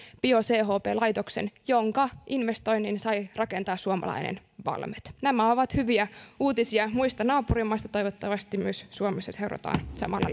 bio chp laitoksen jonka investoinnin sai rakentaa suomalainen valmet nämä ovat hyviä uutisia muista naapurimaista toivottavasti myös suomessa seurataan samalla